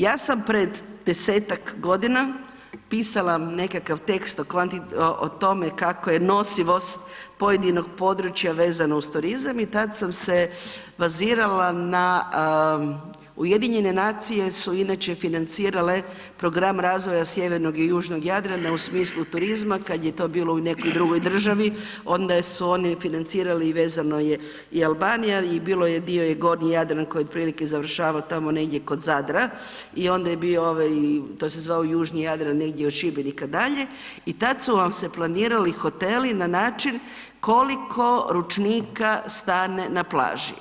Ja sam pred 10-tak godina pisala nekakav tekst o tome kako je nosivost pojedinog područja vezano uz turizam i tad sam se bazirala na UN su inače financirale program razvoja sjevernog i južnog Jadrana u smislu turizma kad je to bilo u nekoj drugoj državi onda su oni financirali i vezano je i Albanija i bilo je dio i gornji Jadran koji otprilike završava tamo negdje kod Zadra i onda je bio ovaj to se zvao južni Jadran negdje od Šibenika dalje i tad su vam se planirali hoteli na način koliko ručnika stane na plaži.